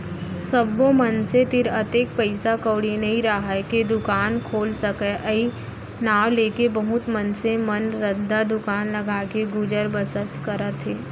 सब्बो मनसे तीर अतेक पइसा कउड़ी नइ राहय के दुकान खोल सकय अई नांव लेके बहुत मनसे मन रद्दा दुकान लगाके गुजर बसर करत हें